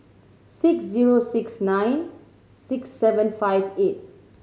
six zero six nine six seven five eight